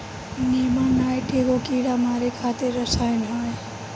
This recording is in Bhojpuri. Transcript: नेमानाइट एगो कीड़ा मारे खातिर रसायन होवे